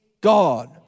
God